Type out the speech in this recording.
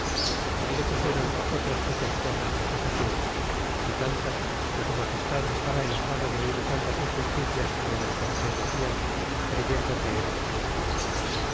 y le pusieron otras muchas cosas y acusaciones y tantas que su magestad estaba enojado de oir tantas injusticias como del cortés decian creyendo que era verdad